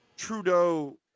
Trudeau